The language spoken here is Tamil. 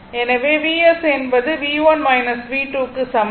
எனவே Vs என்பது V1 V2 க்கு சமம்